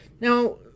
Now